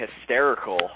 hysterical